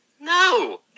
No